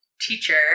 teacher